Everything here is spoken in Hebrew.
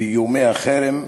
ואיומי החרם,